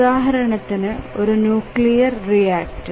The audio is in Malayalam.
ഉദാഹരണത്തിന് ഒരു ന്യൂക്ലിയർ റിയാക്ടർ